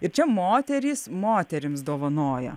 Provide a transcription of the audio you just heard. ir čia moterys moterims dovanoja